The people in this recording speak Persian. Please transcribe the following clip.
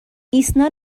ایسنا